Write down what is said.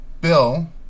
bill